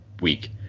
week